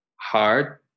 hard